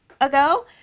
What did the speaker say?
ago